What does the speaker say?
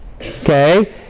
Okay